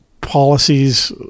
policies